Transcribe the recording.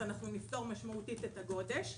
אנחנו נפתור משמעותית את הגודש.